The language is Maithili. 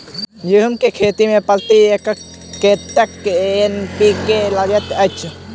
गेंहूँ केँ खेती मे प्रति एकड़ कतेक एन.पी.के लागैत अछि?